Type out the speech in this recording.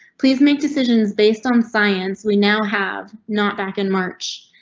please make decisions based on science. we now have not back in march.